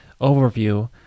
overview